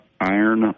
Iron